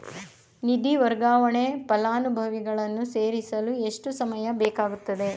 ನಿಧಿ ವರ್ಗಾವಣೆಗೆ ಫಲಾನುಭವಿಗಳನ್ನು ಸೇರಿಸಲು ಎಷ್ಟು ಸಮಯ ಬೇಕಾಗುತ್ತದೆ?